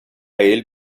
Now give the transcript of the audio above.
ele